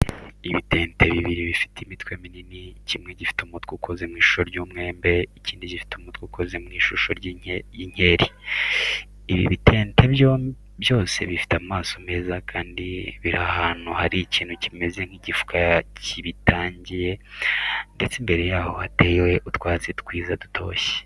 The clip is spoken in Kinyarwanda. Ibitente bibiri bifite imitwe minini, kimwe gifite umutwe ukoze mu ishusho y'umwembe, ikindi gifite umutwe ukoze mu ishusho y'inkeri. Ibi bitente byose bifite amaso meza kandi biri ahantu hari ikintu kimeze nk'igifuka kibitangiye ndetse imbere yaho hateye utwatsi twiza dutoshye.